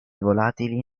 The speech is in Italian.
volatili